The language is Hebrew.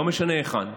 לא משנה היכן,